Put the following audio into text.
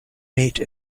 mate